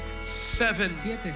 seven